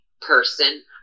person